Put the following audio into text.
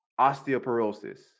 osteoporosis